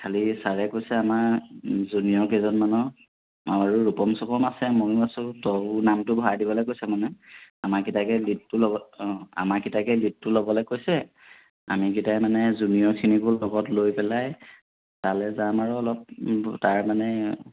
খালি ছাৰে কৈছে আমাৰ জুনিয়ৰ কেইজনমানৰ আৰু ৰূপম চুপম আছে ময়ো আছোঁ তোৰ নামটো ভৰাই দিবলৈ কৈছে মানে আমাৰ কেইটাকে লিডটো ল'ব অঁ আমাক কেইটাকে লিডটো ল'বলৈ কৈছে আমিকেইটাই মানে জুনিয়ৰখিনিকো লগত লৈ পেলাই তালৈ যাম আৰু অলপ তাৰ মানে